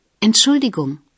entschuldigung